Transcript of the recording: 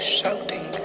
shouting